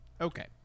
Okay